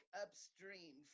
upstream